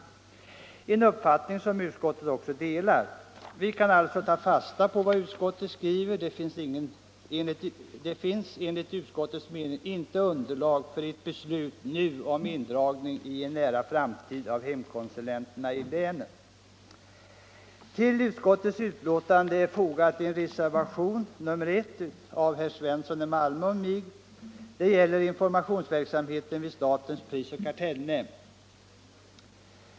Det är en uppfattning som också utskottet delar. Vi kan alltså ta fasta på vad utskottet skriver. Det finns enligt utskottets mening inte underlag för ett beslut nu om indragning i en nära framtid av hemkonsulenterna i länen. Vid utskottets betänkande är fogad en reservation, nr I, av herr Svensson i Malmö och mig. Det gäller informationsverksamheten vid statens prisoch kartellnämnd.